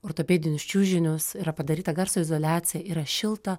ortopedinius čiužinius yra padaryta garso izoliacija yra šilta